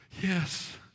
yes